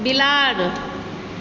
बिलाड़ि